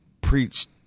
preached